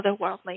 otherworldly